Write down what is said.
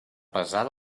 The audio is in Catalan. pesar